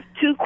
two